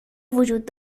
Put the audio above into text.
وجود